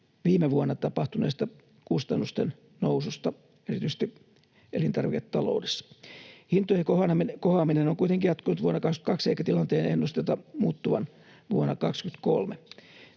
viime vuonna tapahtuneesta kustannusten noususta erityisesti elintarviketaloudessa. Hintojen kohoaminen on kuitenkin jatkunut vuonna 22, eikä tilanteen ennusteta muuttuvan vuonna 23.